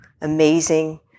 amazing